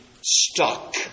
stuck